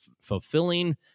fulfilling